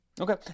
Okay